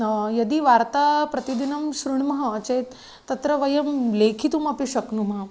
यदि वार्ता प्रतिदिनं शृणुमः चेत् तत्र वयं लेखितुमपि शक्नुमः